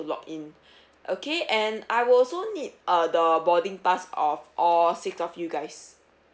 log in okay and I will also need uh the boarding pass of all six of you guys